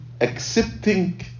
accepting